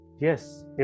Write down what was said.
yes